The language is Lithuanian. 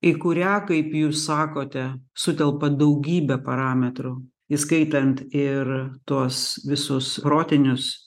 į kurią kaip jūs sakote sutelpa daugybė parametrų įskaitant ir tuos visus protinius